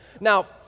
Now